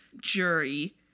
jury